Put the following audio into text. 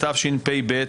בתשפ"ב,